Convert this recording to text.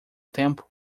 tempo